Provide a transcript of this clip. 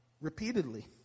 Repeatedly